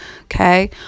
Okay